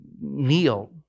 kneel